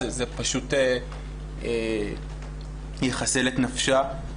זה פשוט יחסל את נפשה.